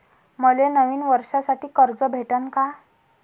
मले नवीन वर्षासाठी कर्ज भेटन का?